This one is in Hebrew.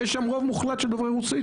ויש שם רוב מוחלט של דוברי רוסית,